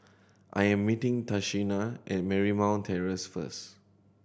I am meeting Tashina at Marymount Terrace first